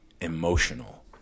emotional